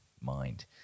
mind